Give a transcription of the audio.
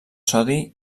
sodi